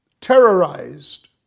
terrorized